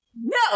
No